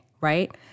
right